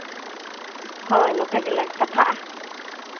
ᱦᱳᱭ ᱱᱚᱝᱠᱟ ᱜᱮᱞᱟᱝ ᱠᱟᱛᱷᱟᱜᱼᱟ